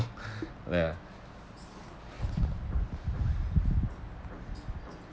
ya